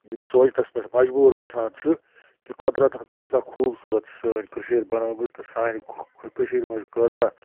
یِم سوچھنَس پٮ۪ٹھ مجبوٗر گَژھان چھِ کہِ قۄدرَتَن کۭژاہ خوٗبصوٗرت چھِ سٲنۍ کٔشیٖر بَنٲومٕژ تہٕ سانہِ کٔشیٖرِ منٛز کٲژاہ